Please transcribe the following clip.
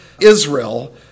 Israel